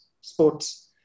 sports